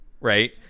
Right